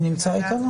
אתם מכירים דבר כזה?